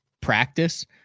practice